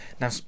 Now